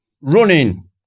running